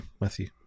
Matthew